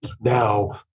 now